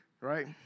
Right